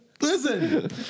Listen